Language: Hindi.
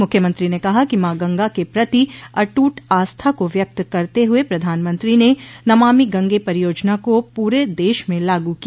मुख्यमंत्री ने कहा कि माँ गंगा के प्रति अटूट आस्था को व्यक्त करते हुए प्रधानमंत्री ने नमामि गंगे परियोजना का पूरे देश में लागू किया